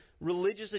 religious